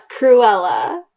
Cruella